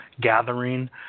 gathering